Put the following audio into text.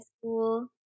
school